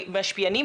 ובמשפיענים,